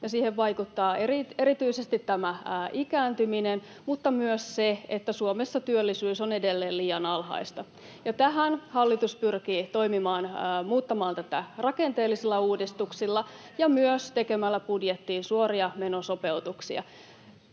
siihen vaikuttaa erityisesti tämä ikääntyminen mutta myös se, että Suomessa työllisyys on edelleen liian alhaista. Tähän hallitus pyrkii toimimaan, muuttamaan tätä rakenteellisilla uudistuksilla ja myös tekemällä budjettiin suoria menosopeutuksia.